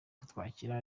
kutwakira